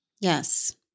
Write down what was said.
yes